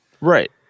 Right